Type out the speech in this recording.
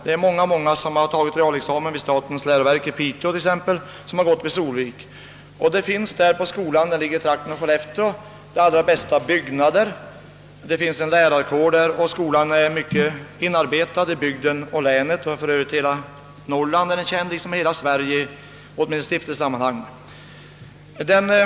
Det är t.ex. många som tagit examen vid statens läroverk i Piteå som gått vid Solvik, och skolan, som ligger i närheten av Skellefteå, har de allra bästa byggnader och en god lärarkår. Skolan är också väl inarbetad i länet och är för övrigt känd i hela Norrland liksom åtminstone i stiftelsesammanhang i hela Sverige.